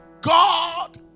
God